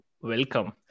Welcome